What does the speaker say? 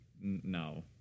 no